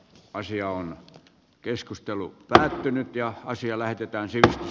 asia on keskustelu päätynyt ja asiaa lähdetään siitä